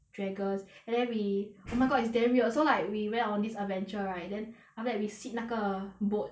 dragons and then we oh my god is damn weird so like we went on this adventure right then after that we sit 那个 boat